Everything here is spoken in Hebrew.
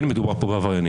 כן, מדובר פה בעבריינים.